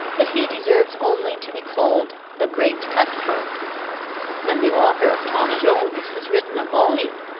that he deserves only to be called the great cut-throat and the author of tom jones has written a volume,